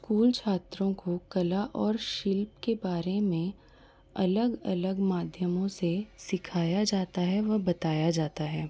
school छात्रों को कला और शिल्प के बारे में अलग अलग माध्यमों से सिखाया जाता है व बताया जाता है